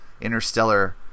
interstellar